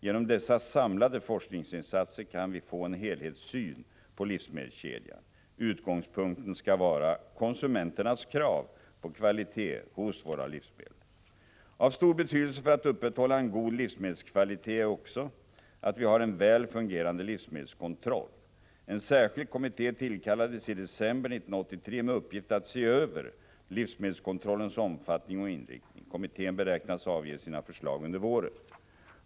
Genom dessa samlade forskningsinsatser kan vi få en helhetssyn på livsmedelskedjan. Utgångspunkten skall vara konsumenternas krav på kvalitet hos våra livsmedel. Avstor betydelse för att upprätthålla en god livsmedelskvalitet är också att vi har en väl fungerande livsmedelskontroll. En särskild kommitté tillkallades i december 1983 med uppgift att se över livsmedelskontrollens omfattning och inriktning. Kommittén beräknas avge sina förslag under våren.